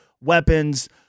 weapons